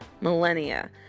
millennia